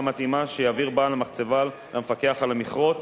מתאימה שיעביר בעל המחצבה למפקח על המכרות,